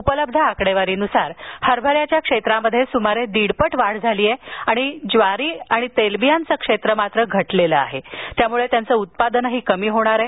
उपलब्ध आकडेवारीनुसार हरभऱ्याच्या क्षेत्रात सुमारे दीडपट वाढ झाली आहे तर ज्वारी आणि तेलबियांचं क्षेत्र मात्र घटल्यानं त्यांचं उत्पादनही कमी होणार आहे